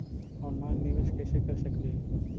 Online निबेस कैसे कर सकली हे?